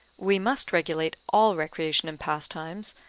we must regulate all recreation and pastimes,